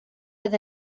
oedd